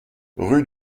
rue